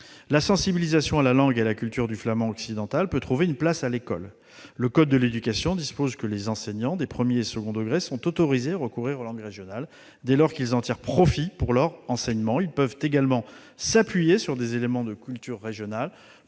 La sensibilisation à la langue et à la culture du flamand occidental peut trouver une place à l'école. Le code de l'éducation dispose que les enseignants des premier et second degrés « sont autorisés à recourir aux langues régionales, dès lors qu'ils en tirent profit pour leur enseignement. Ils peuvent également s'appuyer sur des éléments de la culture régionale